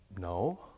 No